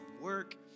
work